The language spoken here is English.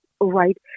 right